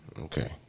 Okay